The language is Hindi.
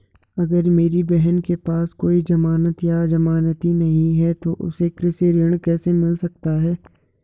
अगर मेरी बहन के पास कोई जमानत या जमानती नहीं है तो उसे कृषि ऋण कैसे मिल सकता है?